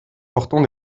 portant